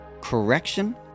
correction